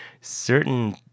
certain